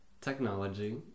technology